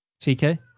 TK